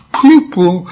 people